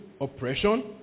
Oppression